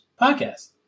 podcast